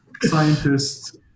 scientists